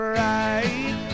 right